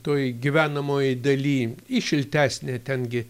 toj gyvenamoj daly į šiltesnę ten gi